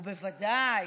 ובוודאי,